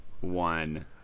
one